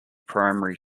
primary